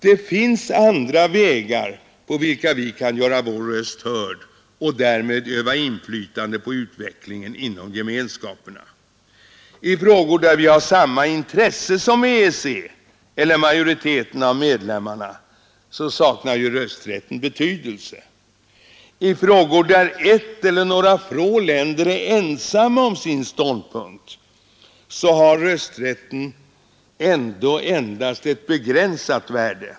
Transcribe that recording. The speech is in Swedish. Det finns andra vägar på vilka vi kan göra vår röst hörd och därmed öva inflytande på utvecklingen inom gemenskaperna. I frågor där vi har samma intresse som EEC eller majoriteten av medlemmarna saknar ju rösträtten betydelse. I frågor där ett eller några få länder är ensamma om sin ståndpunkt har rösträtten ändå endast ett begränsat värde.